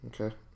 Okay